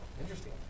Interesting